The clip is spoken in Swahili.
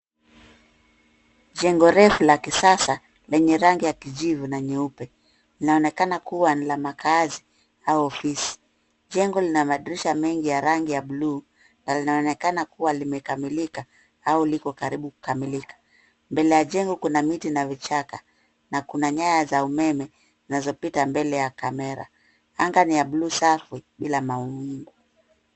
Jengo refu la kisasa lenye rangi ya kijivu na nyeupe, linaonekana kuwa ni la makazi au ofisi, jengo lina madirisha mengi ya rangi ya bluu na linaonekana kuwa limekamilika au liko karibu kukamilika, mbele ya jengo kuna miti na vichaka na kuna nyaya za umeme zinazopita mbele ya kamera. Anga ni ya bluu safi bila mawingu.